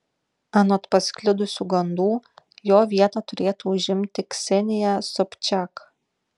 anot pasklidusių gandų jo vietą turėtų užimti ksenija sobčiak